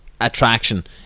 attraction